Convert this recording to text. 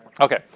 Okay